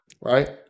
right